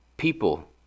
People